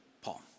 Paul